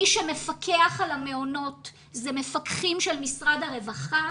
מי שמפקח על המעונות זה מפקחים של משרד הרווחה,